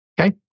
Okay